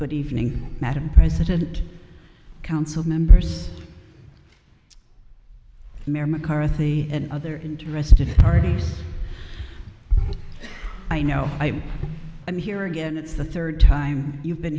good evening madam president council members mayor mccarthy and other interested parties i know i am here again it's the third time you've been